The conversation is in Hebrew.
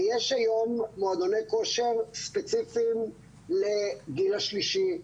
ויש היום מועדוני כושר ספציפיים לגיל השלישי,